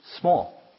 Small